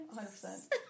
100%